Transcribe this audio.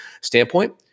standpoint